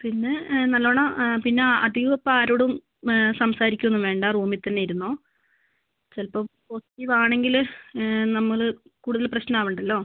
പിന്നെ നല്ലവണ്ണം പിന്നെ അധികമിപ്പം ആരോടും സംസാരിക്കുക ഒന്നും വേണ്ട റൂമിൽ തന്നെ ഇരുന്നോ ചിലപ്പോൾ പോസിറ്റീവ് ആണെങ്കിൽ നമ്മൾ കൂടുതൽ പ്രശ്നം ആവേണ്ടല്ലോ